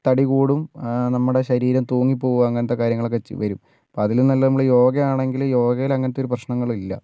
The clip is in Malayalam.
തടി കൂടും നമ്മുടെ ശരീരം തൂങ്ങിപ്പോകും അങ്ങനത്തെ കാര്യങ്ങളൊക്കെ വരും അപ്പം അതിലും നല്ലത് നമ്മൾ യോഗയിലാണെങ്കിൽ യോഗയിൽ അങ്ങനത്തെ ഒരു പ്രശ്നങ്ങളില്ല